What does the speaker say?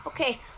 Okay